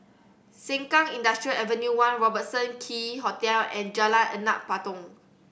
Sengkang Industrial Ave One Robertson Quay Hotel and Jalan Anak Patong